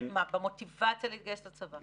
במוטיבציה להתגייס לצבא?